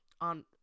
on